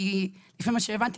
כי לפי מה שהבנתי,